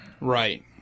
Right